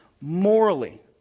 morally